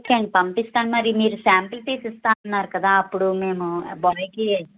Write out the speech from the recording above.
okay పంపిస్తాను మరి మీరు శాంపుల్ పీస్ ఇస్తాను అన్నారు కదా అప్పుడు మేము ఆ బాయ్కి